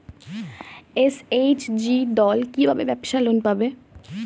SHG দল কী ভাবে ব্যাবসা লোন পাবে?